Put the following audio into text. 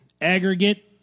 aggregate